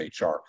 HR